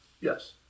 Yes